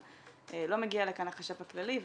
לא מגיע לכאן החשב הכללי,